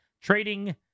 Trading